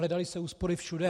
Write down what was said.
Hledaly se úspory všude.